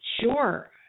sure